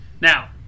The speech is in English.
Now